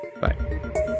Bye